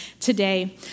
today